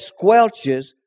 squelches